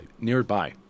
nearby